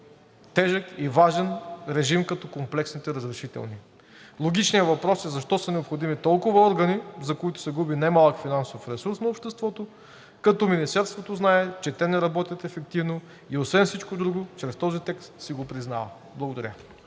тежък и важен режим, като комплексните разрешителни. Логичният въпрос е защо са необходими толкова органи, за които се губи немалък финансов ресурс на обществото, като Министерството знае, че те не работят ефективно и освен всичко друго, чрез този текст си го признава. Благодаря.